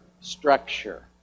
structure